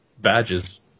badges